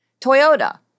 Toyota